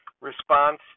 response